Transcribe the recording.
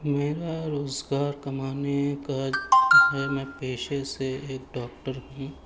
میرا روزگار کمانے کا ہے میں پیشے سے ایک ڈاکٹر ہوں